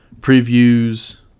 previews